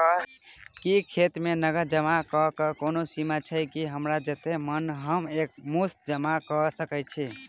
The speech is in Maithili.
की खाता मे नगद जमा करऽ कऽ कोनो सीमा छई, की हमरा जत्ते मन हम एक मुस्त जमा कऽ सकय छी?